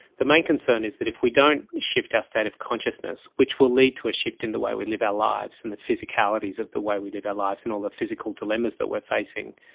the main concern is that if we don't shift our state of consciousness which will lead to a shift in the way we lead our lives and the physicalities of the way we live our lives and all the physical dilemmas that we are facing,